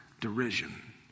derision